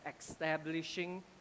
establishing